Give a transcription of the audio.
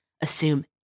assume